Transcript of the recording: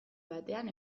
batean